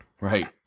Right